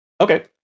Okay